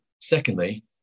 Secondly